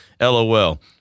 LOL